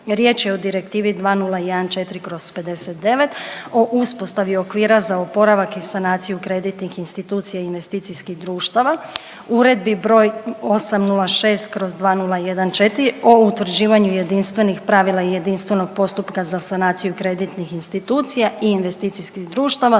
Riječ je o direktivi 2014/59 o uspostavi okvira za oporavak i sanaciju kreditnih institucija i investicijskih društava Uredbi broj 806/2014 o utvrđivanju jedinstvenih pravila i jedinstvenog postupka za sanaciju kreditnih institucija i investicijskih društava